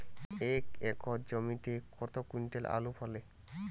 এক একর জমিতে কত কুইন্টাল আলু ফলে?